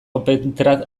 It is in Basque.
opentrad